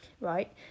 right